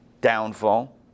downfall